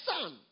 son